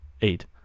eight